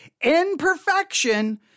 imperfection